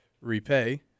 repay